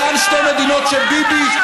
אותן שתי מדינות שביבי,